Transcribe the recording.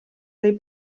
dei